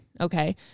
Okay